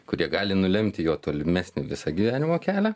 kurie gali nulemti jo tolimesnį visą gyvenimo kelią